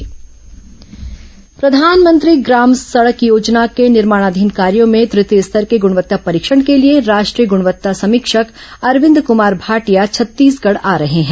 प्रधानमंत्री सडक योजना छग दौरा प्रधानमंत्री ग्राम सड़क योजना के निर्माणाधीन कार्यों में तृतीय स्तर के गुणवत्ता परीक्षण के लिए राष्ट्रीय ग्णवत्ता समीक्षक अरविंद कमार भाटिया छत्तीसगढ़ आ रहे हैं